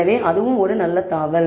எனவே அதுவும் நல்ல தாவல்